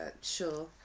Sure